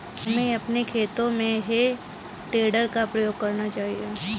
हमें अपने खेतों में हे टेडर का प्रयोग करना चाहिए